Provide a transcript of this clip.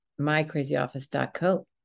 mycrazyoffice.co